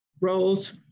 roles